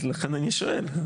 לכן אני שואל,